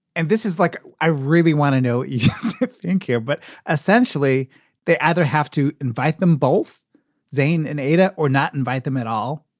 and this is like i really want to know yeah and care. but essentially essentially they either have to invite them both zayn and ayda or not invite them at all.